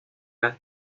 las